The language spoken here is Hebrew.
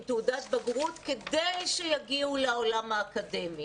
תעודת בגרות כדי שיגיעו לעולם האקדמי.